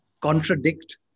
contradict